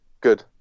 good